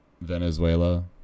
Venezuela